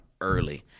early